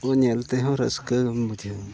ᱠᱚ ᱧᱮᱞ ᱛᱮᱦᱚᱸ ᱨᱟᱹᱥᱠᱟᱹ ᱜᱮᱢ ᱵᱩᱡᱷᱟᱹᱣᱟ